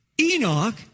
Enoch